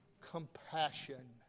compassion